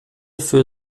für